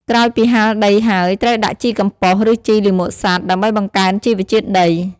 ក្រោយពីហាលដីហើយ ត្រូវដាក់ជីកំប៉ុស្ត ឬជីលាមកសត្វ ដើម្បីបង្កើនជីវជាតិដី។